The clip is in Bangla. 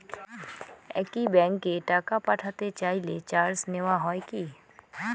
একই ব্যাংকে টাকা পাঠাতে চাইলে চার্জ নেওয়া হয় কি?